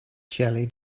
jelly